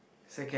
second